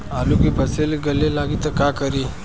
आलू के फ़सल गले लागी त का करी?